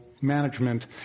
management